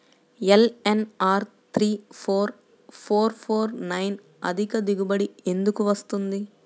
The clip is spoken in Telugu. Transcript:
LNR three four four four nine అధిక దిగుబడి ఎందుకు వస్తుంది?